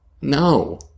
No